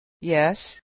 Yes